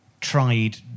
tried